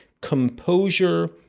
Composure